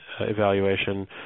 evaluation